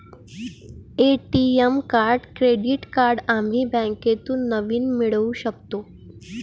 ATM card credit card आम्ही बँकेतून नवीन मिळवू शकतो